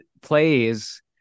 plays